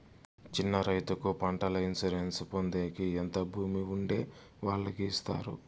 చిన్న రైతుకు పంటల ఇన్సూరెన్సు పొందేకి ఎంత భూమి ఉండే వాళ్ళకి ఇస్తారు?